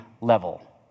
level